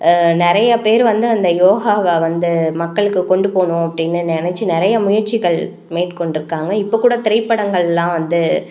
நிறைய பேர் வந்து அந்த யோகாவை வந்து மக்களுக்கு கொண்டு போகணும் அப்படின்னு நினைச்சு நிறைய முயற்சிகள் மேற்கொண்டிருக்காங்க இப்போ கூட திரைப்படங்களெலாம் வந்து